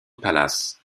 palace